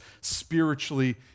spiritually